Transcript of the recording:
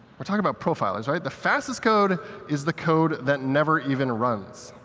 we're talking about profiles, right? the fastest code is the code that never even runs,